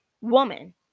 woman